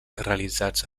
realitzats